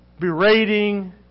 berating